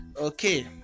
Okay